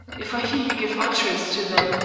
if i hear you give utterance to them,